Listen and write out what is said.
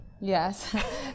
Yes